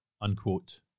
unquote